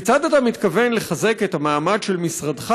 כיצד אתה מתכוון לחזק את המעמד של משרדך